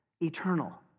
eternal